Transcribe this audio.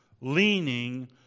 leaning